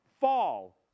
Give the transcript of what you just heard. Fall